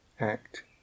act